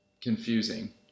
confusing